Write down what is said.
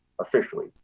officially